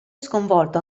sconvolto